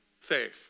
faith